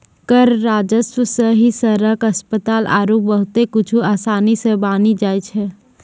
कर राजस्व सं ही सड़क, अस्पताल आरो बहुते कुछु आसानी सं बानी जाय छै